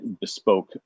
bespoke